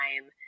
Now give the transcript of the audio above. time